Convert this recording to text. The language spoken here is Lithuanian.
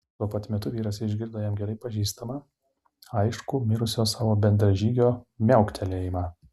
tuo pat metu vyras išgirdo jam gerai pažįstamą aiškų mirusio savo bendražygio miauktelėjimą